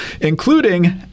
including